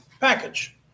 package